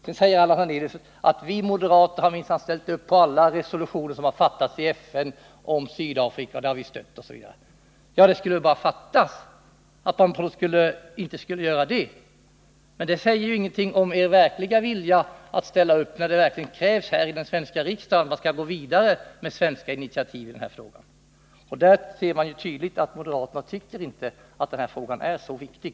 Sedan säger Allan Hernelius: Vi moderater har minsann ställt upp på alla resolutioner som antagits i FN om Sydafrika — dessa resolutioner har vi stött. Ja, det skulle bara fattas att ni inte skulle göra det. Men det säger ju ingenting om er verkliga vilja att ställa upp, när det krävs här i den svenska riksdagen att man skall gå vidare med svenska initiativ i frågan. Där ser man ju tydligt att moderaterna tycker att den här frågan inte är så viktig.